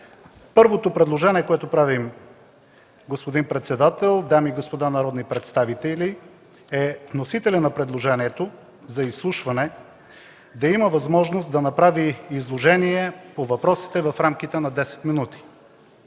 първото предложение, което правим, господин председател, дами и господа народни представители, е: „1. Вносителят на предложението за изслушване да има възможност да направи изложение по въпросите в рамките на 10 минути.